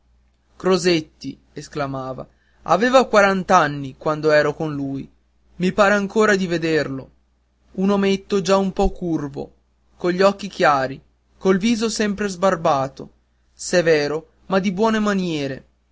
esclamava aveva quarant'anni quando ero con lui i pare ancor di vederlo un ometto già un po curvo cogli occhi chiari col viso sempre sbarbato severo ma di buone maniere